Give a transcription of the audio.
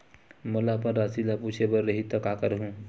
मोला अपन राशि ल पूछे बर रही त का करहूं?